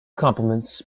compliments